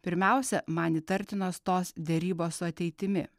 pirmiausia man įtartinos tos derybos su ateitimi